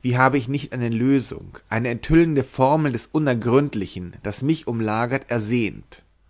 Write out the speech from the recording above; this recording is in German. wie habe ich nicht eine lösung eine enthüllende formel des unergründlichen das mich umlagert ersehnt